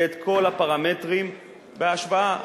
ואת כל הפרמטרים בהשוואה.